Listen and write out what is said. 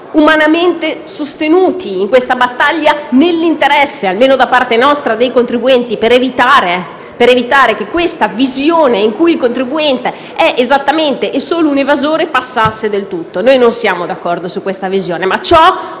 umanamente sostenuti in questa battaglia, nell'interesse - almeno da parte nostra - dei contribuenti, per evitare che questa visione in cui il contribuente è solo un evasore passasse del tutto. Noi non siamo d'accordo su questa visione. Ciò